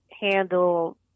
handle